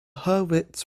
hurwitz